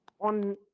On